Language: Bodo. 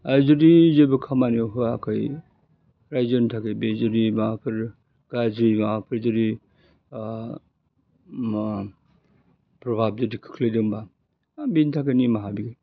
आरो जुदि जेबो खामानियाव होवाखै रायजोनि थाखाय बे जुदि माबाफोर गाज्रि माबाफोर जुदि प्रभाबित खोख्लैदोंबा बा बेनि थाखाय निमाहा बियो